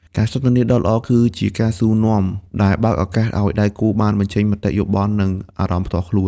ការសន្ទនាដ៏ល្អ គឺជាការសួរនាំដែលបើកឱកាសឱ្យដៃគូបានបញ្ចេញមតិយោបល់ និងអារម្មណ៍ផ្ទាល់ខ្លួន។